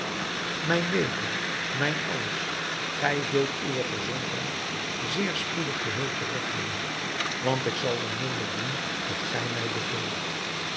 mijn leven mijn alles gij zult uwe gezondheid zeer spoedig geheel terug hebben want ik zal onmiddelijk doen wat gij mij beveelt